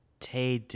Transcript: Tay